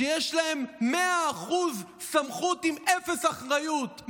שיש להם 100% סמכות עם אפס אחריות.